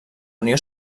unió